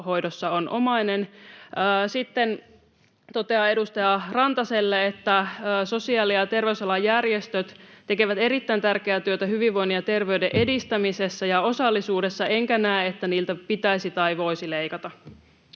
saattohoidossa on omainen. Sitten totean edustaja Rantaselle, että sosiaali- ja terveysalan järjestöt tekevät erittäin tärkeää työtä hyvinvoinnin ja terveyden edistämisessä ja osallisuudessa, enkä näe, että niiltä pitäisi tai voisi leikata.